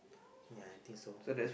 yeah I think so